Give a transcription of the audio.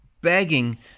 begging